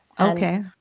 Okay